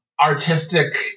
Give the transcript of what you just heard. artistic